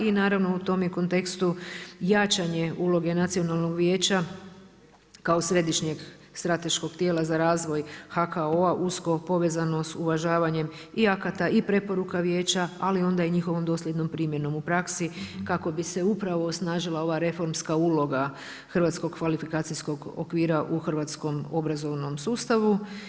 I naravno, u tom je kontekstu jačanje uloge Nacionalnog vijeća kao središnjeg strateškog tijela za razvoj HKO-a usko povezano sa uvažavanje i akata i preporuka vijeća, ali onda i njihovom dosljednom primjenom u praksi, kako bi se upravo osnažila ova reformska uloga Hrvatskog kvalifikacijskog okvira u hrvatskom obrazovnom sustavu.